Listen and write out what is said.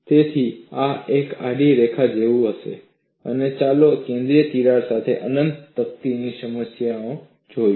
તેથી આ એક આડી રેખા જેવું હશે અને ચાલો કેન્દ્રીય તિરાડ સાથે અનંત તકતીની સમસ્યા જોઈએ